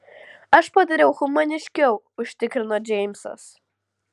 aš padariau humaniškiau užtikrino džeimsas